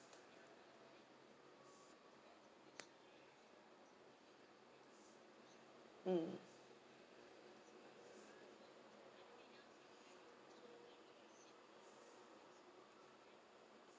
mm